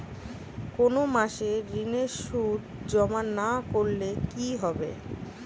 কোনো মাসে ঋণের সুদ জমা না করলে কি হবে?